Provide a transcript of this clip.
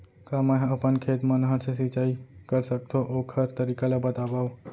का मै ह अपन खेत मा नहर से सिंचाई कर सकथो, ओखर तरीका ला बतावव?